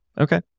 okay